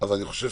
אבל אני חושב